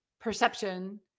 perception